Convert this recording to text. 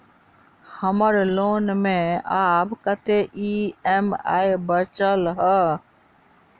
हम्मर लोन मे आब कैत ई.एम.आई बचल ह?